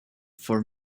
for